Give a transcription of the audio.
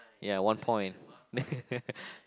ya one point